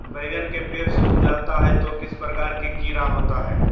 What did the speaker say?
बैगन के पेड़ सूख जाता है तो किस प्रकार के कीड़ा होता है?